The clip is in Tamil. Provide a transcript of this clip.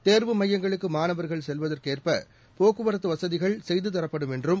தேர்வு மையங்களுக்கு மாணவர்கள் செல்வதற்கு ஏற்ப போக்குவரத்து வசதிகள் செய்து தரப்படும் என்றும்